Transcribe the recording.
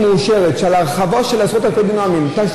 מאושרת של הרחבה של עשרות אלפי דונמים,